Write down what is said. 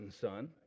Son